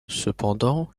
cependant